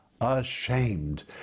ashamed